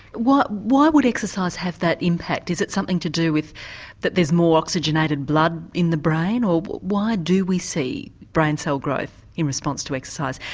why would exercise have that impact, is it something to do with that there is more oxygenated blood in the brain, or why do we see brain cell growth in response to exercise.